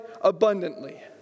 abundantly